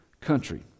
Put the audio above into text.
country